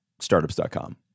startups.com